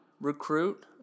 recruit